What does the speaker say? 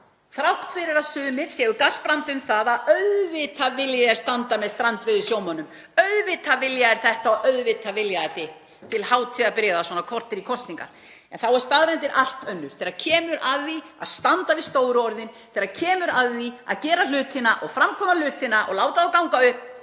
þrátt fyrir að sumir séu gasprandi um það að auðvitað vilji þeir standa með strandveiðisjómönnum — auðvitað vilja þeir þetta og auðvitað vilja þeir hitt til hátíðarbrigða, svona korter í kosningar. En staðreyndin er allt önnur þegar kemur að því að standa við stóru orðin. Þegar kemur að því að gera hlutina og framkvæma hlutina og láta þá ganga upp,